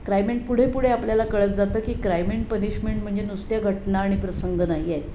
crime and पुढे पुढे आपल्याला कळत जातं की क्राइमइन पनिशमेंट म्हणजे नुसते घटना आणि प्रसंग नाही आहेत